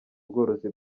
ubworozi